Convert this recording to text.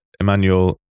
Emmanuel